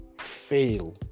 fail